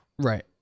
right